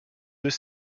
deux